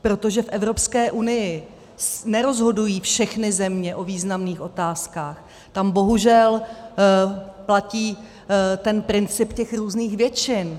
Protože v Evropské unii nerozhodují všechny země o významných otázkách, tam bohužel platí princip těch různých většin.